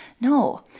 No